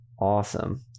awesome